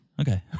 Okay